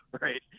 right